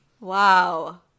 wow